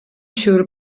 siŵr